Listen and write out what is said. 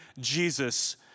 Jesus